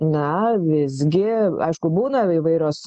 na visgi aišku būna įvairios